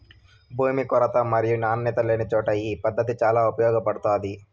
భూమి కొరత మరియు నాణ్యత లేనిచోట ఈ పద్దతి చాలా ఉపయోగపడుతాది